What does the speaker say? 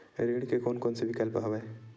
ऋण के कोन कोन से विकल्प हवय?